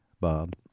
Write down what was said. Bob